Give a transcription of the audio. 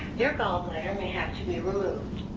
your gallbladder may have to be removed.